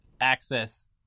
access